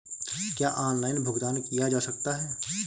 क्या ऑनलाइन भुगतान किया जा सकता है?